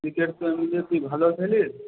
cricket তো এমনিতে তুই ভালো খেলিস